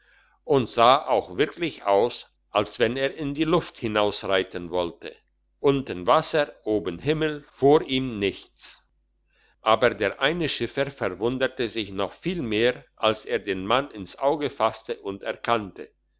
und sah auch wirklich aus als wenn er in die luft hinausreiten wollte unten wasser oben himmel vor ihm nichts aber der eine schiffer verwunderte sich noch viel mehr als er den mann ins auge fasste und erkannte